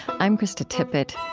i'm krista tippett.